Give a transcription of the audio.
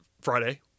Friday